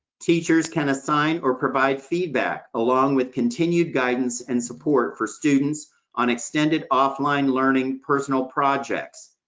teachers can assign or provide feedback, along with continued guidance and support for students on extended offline learning personal projects.